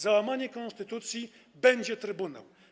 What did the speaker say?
Za łamanie konstytucji będzie trybunał.